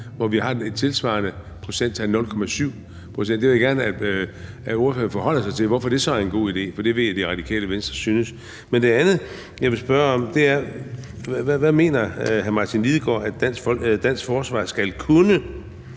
hvor vi har et tilsvarende procenttal, 0,7 pct. Jeg vil gerne have, at ordføreren forholder sig til, hvorfor det så er en god idé, for det vil Radikale Venstre synes. Men det andet, jeg vil spørge om, er, hvad hr. Martin Lidegaard mener at dansk forsvar skal kunne.